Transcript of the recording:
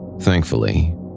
Thankfully